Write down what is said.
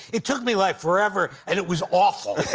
it took me like forever and it was awful. i